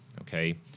okay